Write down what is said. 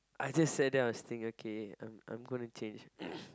I just sat there and I was thinking okay I'm I'm gonna change